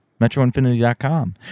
metroinfinity.com